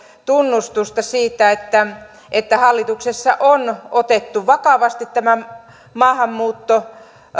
tunnustusta siitä että että hallituksessa on otettu vakavasti maahanmuutto